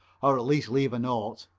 or at least leave a note.